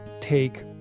take